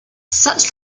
such